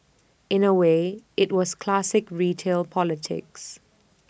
in A way IT was classic retail politics